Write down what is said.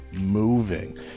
moving